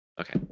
Okay